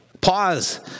Pause